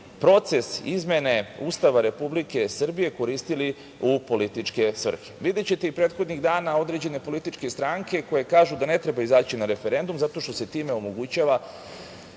proces izmene Ustava Republike Srbije koristili u političke svrhe. Videćete i prethodnih dana određene političke stranke koje kažu da ne treba izaći na referendum zato što se time omogućava